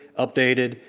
updated,